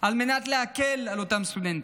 על מנת להקל על אותם סטודנטים.